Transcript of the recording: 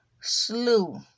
slew